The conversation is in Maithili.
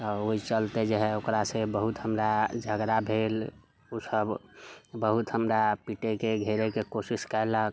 ओहि चलते जे है ओकरासँ बहुत हमरा झगड़ा भेल उसभ बहुत हमरा पीटैके घेरैके कोशिश कयलक